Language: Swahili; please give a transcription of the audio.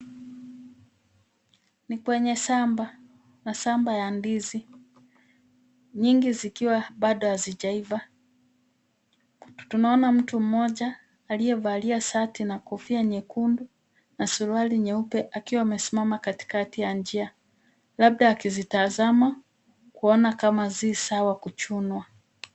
Ni kwenye shamba na shamba ya ndizi, nyingi zikiwa bado hazijaiva, tunaona mtu mmoja aliyevalia shati na kofia nyekundu na suruali nyeupe akiwa amesimama katikati ya njia, labda akizitazama kuona kama zi sawa kuchunwa.